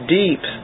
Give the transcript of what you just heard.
deep